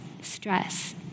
Stress